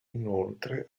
inoltre